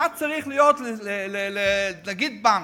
מה צריך להיות לנגיד בנק.